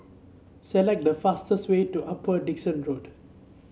select the fastest way to Upper Dickson Road